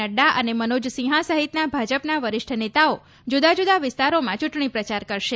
નઙા અને મનોજસિંહા સહિતના ભાજપના વરિષ્ઠ નેતાઓ જુદા જુદા વિસ્તારોમાં ચૂંટણી પ્રચાર કરશે